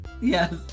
Yes